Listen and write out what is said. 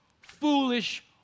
foolish